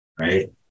right